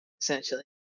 essentially